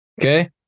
Okay